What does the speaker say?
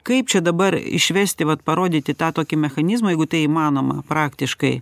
kaip čia dabar išvesti vat parodyti tą tokį mechanizmą jeigu tai įmanoma praktiškai